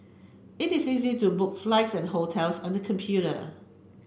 it is easy to book flights and hotels on the computer